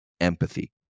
empathy